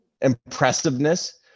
impressiveness